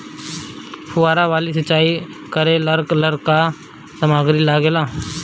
फ़ुहारा वाला सिचाई करे लर का का समाग्री लागे ला?